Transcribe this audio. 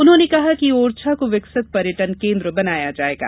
उन्होंने कहा कि ओरछा को विकसित पर्यटन केन्द्र बनाया जाएगा